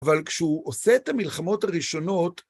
אבל כשהוא עושה את המלחמות הראשונות...